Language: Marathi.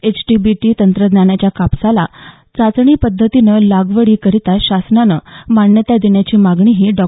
एचटीबीटी तंत्रज्ञानाच्या कापसाला चाचणी पध्दतीनं लागवडी करिता शासनानं मान्यता देण्याची मागणीही डॉ